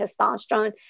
testosterone